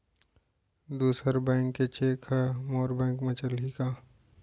दूसर बैंक के चेक ह मोर बैंक म चलही का?